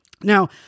Now